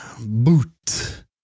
Boot